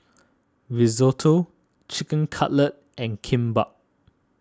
Risotto Chicken Cutlet and Kimbap